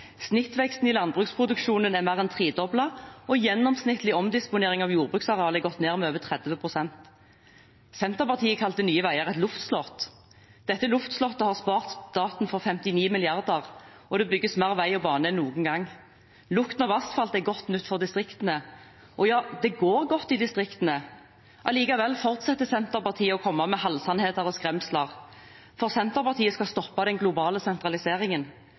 Snittveksten i landbruksproduksjonen er mer enn tredoblet, og gjennomsnittlig omdisponering av jordbruksareal er gått ned med over 30 pst. Senterpartiet kalte Nye Veier et luftslott. Dette luftslottet har spart staten for 59 mrd. kr, og det bygges mer vei og bane enn noen gang. Lukten av asfalt er godt nytt for distriktene. Ja, det går godt i distriktene. Allikevel fortsetter Senterpartiet å komme med halvsannheter og skremsler, for Senterpartiet skal stoppe den globale sentraliseringen.